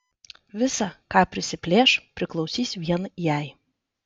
visa ką prisiplėš priklausys vien jai